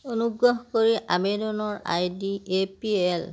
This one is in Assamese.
অনুগ্ৰহ কৰি আবেদনৰ I D A P L